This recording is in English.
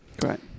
Great